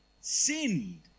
sinned